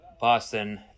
Boston